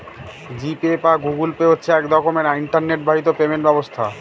জি Pay বা Google Pay হচ্ছে এক রকমের ইন্টারনেট বাহিত পেমেন্ট ব্যবস্থা